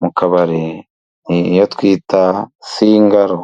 mu kabari, ni iyo twita singaro.